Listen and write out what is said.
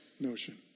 notion